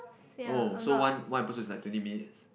oh so one one episode is like twenty minutes